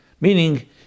Meaning